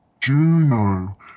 Juno